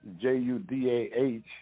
J-U-D-A-H